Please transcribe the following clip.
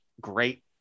great